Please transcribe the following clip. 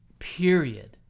Period